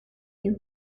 you